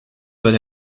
doit